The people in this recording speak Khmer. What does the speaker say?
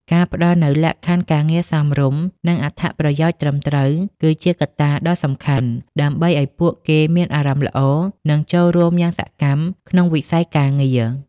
ការផ្ដល់នូវលក្ខខណ្ឌការងារសមរម្យ និងអត្ថប្រយោជន៍ត្រឹមត្រូវ គឺជាកត្តាដ៏សំខាន់ ដើម្បីឱ្យពួកគេមានអារម្មណ៍ល្អ និងចូលរួមយ៉ាងសកម្ម ក្នុងវិស័យការងារ។